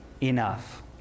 enough